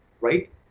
Right